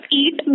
eat